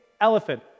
elephant